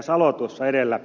salo tuossa edellä